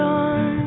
on